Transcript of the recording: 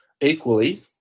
equally